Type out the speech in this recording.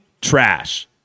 trash